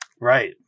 Right